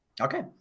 Okay